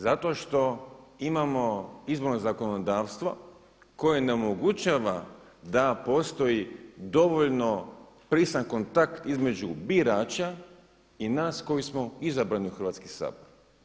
Zato što imamo izborno zakonodavstvo koje nam omogućava da postoji dovoljno prisan kontakt između birača i nas koji smo izabrani u Hrvatski sabor.